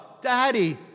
Daddy